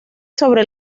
sobre